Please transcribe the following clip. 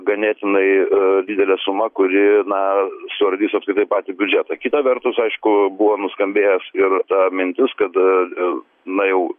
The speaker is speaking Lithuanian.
ganėtinai didelė suma kuri na suardys apskritai patį biudžetą kita vertus aišku buvo nuskambėjęs ir ta mintis kad na jau